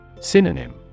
Synonym